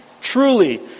Truly